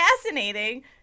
fascinating